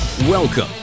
Welcome